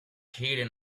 heating